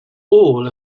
all